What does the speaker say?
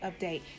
update